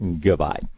Goodbye